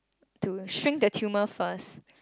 to shrink the tumour first